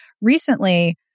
recently